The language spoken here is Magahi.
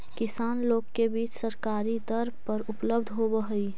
किसान लोग के बीज सरकारी दर पर उपलब्ध होवऽ हई